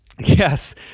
Yes